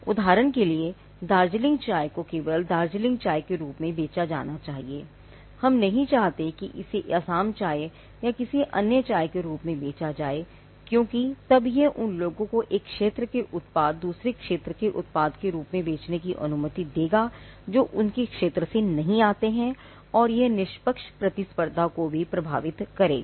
उदाहरण के लिए दार्जिलिंग चाय को केवल दार्जिलिंग चाय के रूप में बेचा जाना चाहिए हम नहीं चाहते हैं कि इसे असम चाय या किसी अन्य चाय के रूप में बेचा जाए क्योंकि तब यह उन लोगों को एक क्षेत्र के उत्पाद दूसरे क्षेत्र के उत्पाद के रूप में बेचने की अनुमति देगा जो उस क्षेत्र से नहीं आते हैं और यह निष्पक्ष प्रतिस्पर्धा को भी प्रभावित करेगा